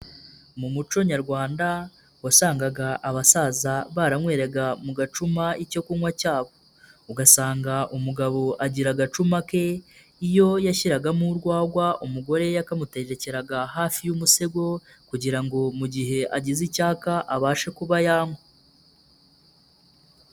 Mu muco nyarwanda, wasangaga abasaza baranyweraga mu gacuma icyo kunywa cyabo, ugasanga umugabo agira agacuma ke, iyo yashyiragamo urwagwa, umugore yakamuterekeraga hafi y'umusego kugira ngo mu gihe agize icyaka, abashe kuba yanywa.